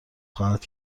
خواهد